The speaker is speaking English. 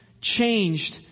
changed